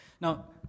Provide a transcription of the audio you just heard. Now